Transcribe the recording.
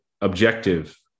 objective